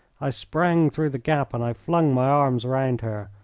i sprang through the gap and i flung my arms round her.